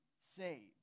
saved